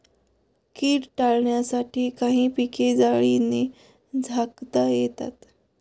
कीड टाळण्यासाठी काही पिके जाळीने झाकता येतात